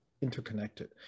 interconnected